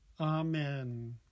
Amen